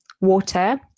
water